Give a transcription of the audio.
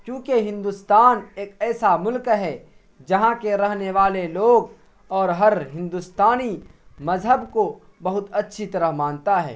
کیونکہ ہندوستان ایک ایسا ملک ہے جہاں کے رہنے والے لوگ اور ہر ہندوستانی مذہب کو بہت اچھی طرح مانتا ہے